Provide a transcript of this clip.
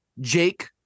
jake